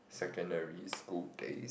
secondary school days